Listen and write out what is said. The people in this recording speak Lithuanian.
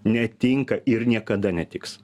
netinka ir niekada netiks